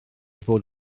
fod